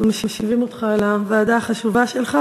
אנחנו משיבים אותך לוועדה החשובה שלך,